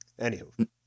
anywho